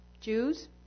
Jews